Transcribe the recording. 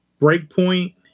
Breakpoint